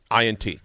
INT